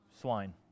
swine